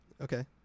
Okay